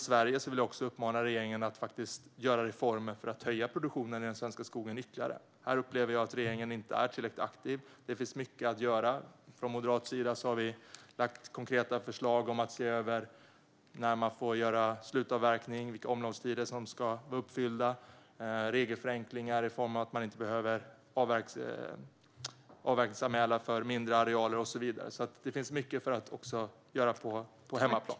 Jag vill också uppmana regeringen att genomföra reformer här i Sverige för att ytterligare höja produktionen i den svenska skogen. Här upplever jag att regeringen inte är tillräckligt aktiv. Det finns mycket att göra. Från Moderaternas sida har vi lagt fram konkreta förslag om att se över när man får göra slutavverkning, vilka omloppstider som ska vara uppfyllda, regelförenklingar i form av att man inte behöver avverkningsanmälan för mindre arealer och så vidare. Det finns mycket att göra också på hemmaplan.